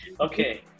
okay